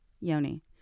Yoni